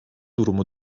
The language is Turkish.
durumu